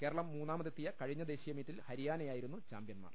കേരളം മൂന്നാമതെത്തിയ കഴിഞ്ഞ ദേശീ യമീറ്റിൽ ഹരിയാനയായിരുന്ന ചാമ്പ്യന്മാർ